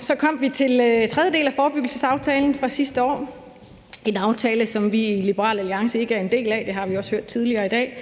så kom vi til tredje del af forebyggelsesaftalen fra sidste år. Det er en aftale, som vi i Liberal Alliance ikke er en del af; det har vi også hørt tidligere i dag.